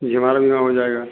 जी हमारा बीमा हो जाएगा